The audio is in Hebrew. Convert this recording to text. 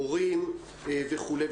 הורים וכולי,